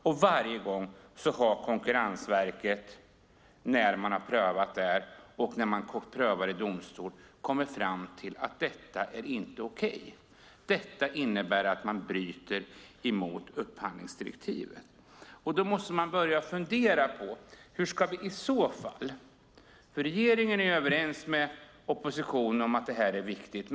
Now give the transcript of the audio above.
Men varje gång har Konkurrensverket när man har prövat detta och när det prövas i domstol kommit fram till att det inte är okej och att det innebär att man bryter mot upphandlingsdirektivet. Då måste man börja fundera. Regeringen är överens med oppositionen om att detta är viktigt.